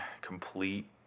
complete